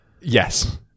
Yes